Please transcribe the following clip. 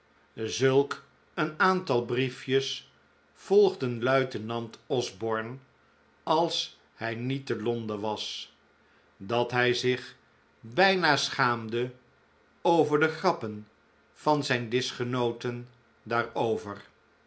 zulk een aantal briefjes volgden luitenant p is p osborne als hij niet te londen was dat hij zich bijna schaamde over de grappen m o van zijn dischgenooten daarover